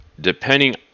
depending